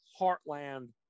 heartland